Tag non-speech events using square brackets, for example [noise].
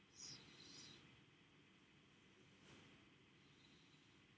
[breath]